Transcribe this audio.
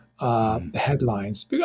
Headlines